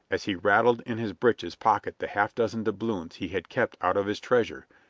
as he rattled in his breeches pocket the half dozen doubloons he had kept out of his treasure,